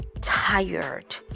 tired